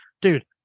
dude